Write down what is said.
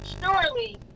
surely